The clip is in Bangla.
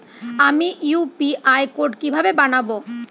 আমি ইউ.পি.আই কোড কিভাবে বানাব?